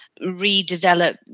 redevelop